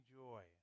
joy